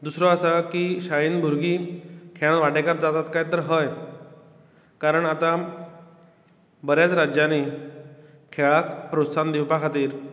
दुसरो आसा की शाळेंत भुरगीं खेळान वाटेंकार जातात कांय तर हय कारण आता बऱ्यांच राज्यांनी खेळाक प्रोत्साहन दिवपा खातीर